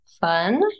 fun